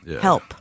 Help